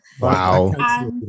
wow